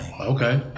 Okay